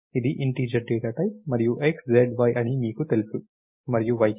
అది integer data type మరియు x z y అని మీకు తెలుసు మరియు y కి సమానం